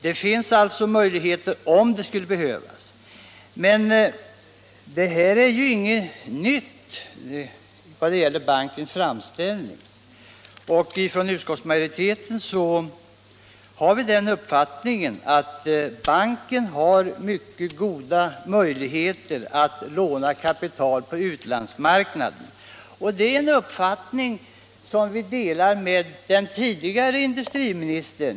Det finns alltså möjligheter. Bankens framställning är emellertid ingen nyhet. I utskottsmajoriteten har vi den uppfattningen att banken har mycket goda möjligheter att låna upp kapital på utlandsmarknaden, när den statliga garantin höjs, och det är en uppfattning som vi delar med den förre industriministern.